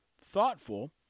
thoughtful